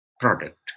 product